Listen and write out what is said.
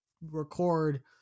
record